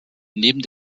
neben